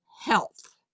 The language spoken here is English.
health